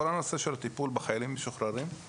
כל הנושא של הטיפול בחיילים המשוחררים,